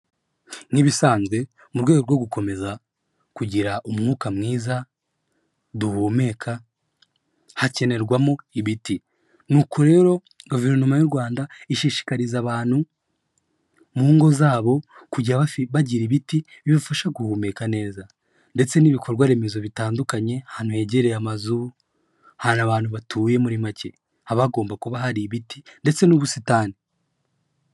Nk'ibisanzwe mu rwego rwo gukomeza kugira umwuka mwiza duhumeka hakenerwamo ibiti. N'uko rero Guverinoma y'u Rwanda ishishikariza abantu mu ngo zabo kujya bagira ibiti bibafasha guhumeka neza, ndetse n'ibikorwaremezo bitandukanye ahantu hegereye amazu, ahantu abantu batuye muri make haba hagomba kuba hari ibiti ndetse n'ubusitani.